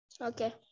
Okay